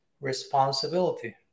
Responsibility